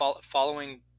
following